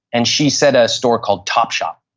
and she said a store called topshop.